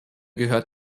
gehört